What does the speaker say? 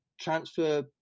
transfer